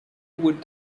would